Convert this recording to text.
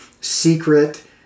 secret